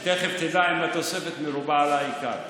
ותכף תדע אם התוספת מרובה על העיקר.